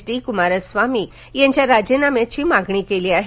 D Kumaraswamy यांच्या राजिनाम्याची मागणी केली आहे